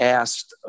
asked